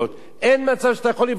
אין מצב שאתה יכול לבלום אותם.